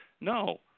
no